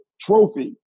trophy